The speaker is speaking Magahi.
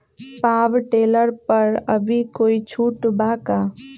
पाव टेलर पर अभी कोई छुट बा का?